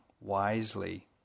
wisely